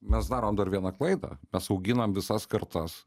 mes darom dar vieną klaidą nes auginam visas kartas